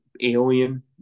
alien